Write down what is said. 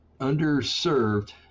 underserved